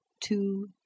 two